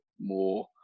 more